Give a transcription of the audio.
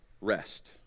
rest